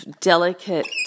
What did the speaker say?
delicate